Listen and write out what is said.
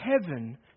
heaven